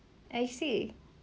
I see